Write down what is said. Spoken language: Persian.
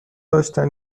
داشتن